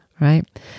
right